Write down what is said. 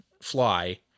fly